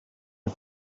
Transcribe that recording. you